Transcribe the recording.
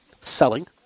selling